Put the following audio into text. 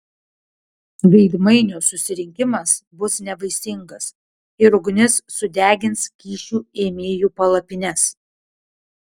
veidmainių susirinkimas bus nevaisingas ir ugnis sudegins kyšių ėmėjų palapines